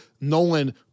Nolan